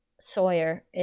Sawyer